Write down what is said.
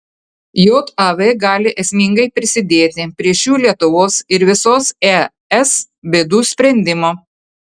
jav gali esmingai prisidėti prie šių lietuvos ir visos es bėdų sprendimo